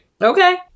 Okay